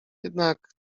jednak